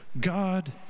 God